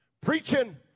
preaching